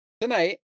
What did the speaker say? tonight